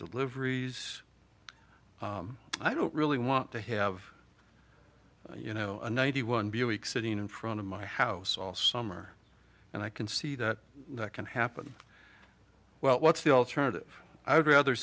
deliveries i don't really want to have you know a ninety one buick sitting in front of my house all summer and i can see that that can happen well what's the alternative i would rather